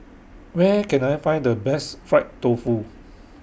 Where Can I Find The Best Fried Tofu